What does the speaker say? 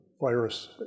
virus